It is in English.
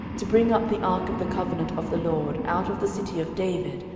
to bring up the ark of the covenant of the lord out of the city of david,